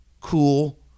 cool